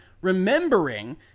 remembering